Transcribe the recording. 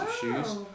shoes